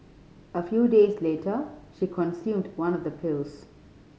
a few days later she consumed one of the pills